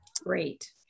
great